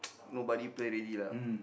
nobody play already lah